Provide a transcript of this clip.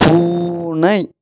பூனை